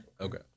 Okay